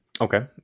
Okay